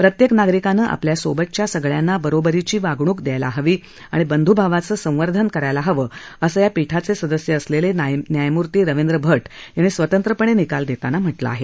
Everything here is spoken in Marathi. प्रत्येक नागरिकानं आपल्या सोबतच्या सगळ्यांना बरोबरीची वागणूक द्यायला हवी आणि बंधुभावाचं संवर्धन करायला हवं असं या पीठाचे सदस्य असलेले न्यायमूर्ती रविंद्र भट यांनी स्वतंत्रपणे निकाल देताना म्हटलं आहे